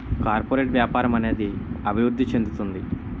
corporate వ్యాపారం అనేది అభివృద్ధి చెందుతుంది